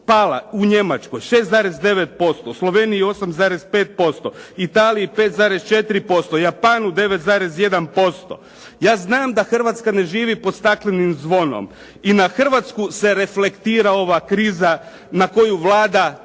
pala u Njemačkoj 6,9%, Sloveniji 8,5%, Italiji 5,4 %, Japanu 9,1%. Ja znam da Hrvatska ne živi pod staklenim zvonom i na Hrvatsku se reflektira ova kriza na koju Vlada